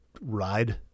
ride